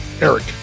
Eric